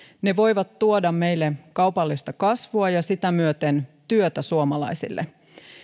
ne voivat tuoda meille kaupallista kasvua ja sitä myöten työtä suomalaisille